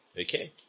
Okay